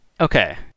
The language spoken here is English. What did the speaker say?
Okay